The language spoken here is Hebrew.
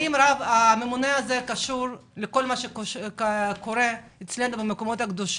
האם הממונה הזה קשור לכל מה שקורה במקומות הקדושים.